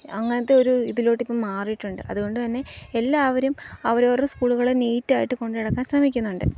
അങ്ങനത്തെ ഒരു ഇതിലോട്ട് ഇപ്പോള് മാറിയിട്ടുണ്ട് അതുകൊണ്ടുതന്നെ എല്ലാവരും അവരവരുടെ സ്കൂളുകളെ നീറ്റായിട്ടു കൊണ്ടുനടക്കാൻ ശ്രമിക്കുന്നുണ്ട്